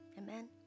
Amen